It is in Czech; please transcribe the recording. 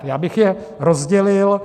Já bych je rozdělil.